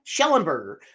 Schellenberger